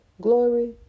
Glory